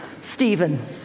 Stephen